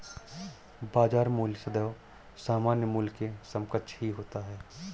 बाजार मूल्य सदैव सामान्य मूल्य के समकक्ष ही होता है